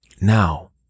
Now